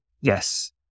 Yes